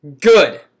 Good